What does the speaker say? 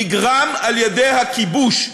נגרם על-ידי הכיבוש.